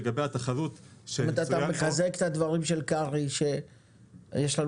לגבי התחרות --- אתה מחזק את הדברים של קרעי שיש לנו